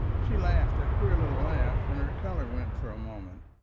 she laughed a queer little laugh and her color went for a moment,